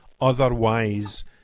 Otherwise